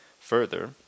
Further